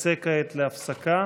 נצא כעת להפסקה,